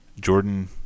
Jordan